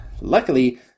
Luckily